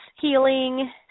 healing